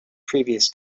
previous